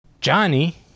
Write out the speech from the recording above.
Johnny